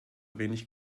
wenig